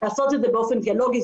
לעשות את זה באופן דיאלוגי.